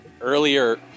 earlier